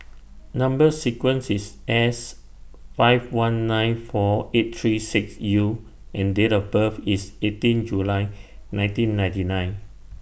Number sequence IS S five one nine four eight three six U and Date of birth IS eighteen July nineteen ninety nine